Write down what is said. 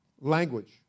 language